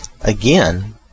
again